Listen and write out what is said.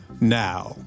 Now